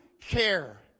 care